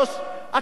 תלכי לרודוס.